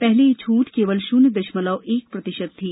पहले यह छूट केवल शून्य दशमलव एक प्रतिशत थी